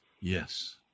Yes